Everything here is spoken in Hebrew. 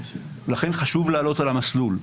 לכן חשוב לעלות על המסלול.